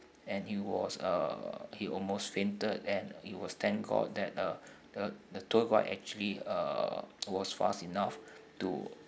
and he was uh he almost fainted and it was thank god that the the the tour guide actually uh was fast enough to